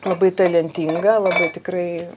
labai talentinga labai tikrai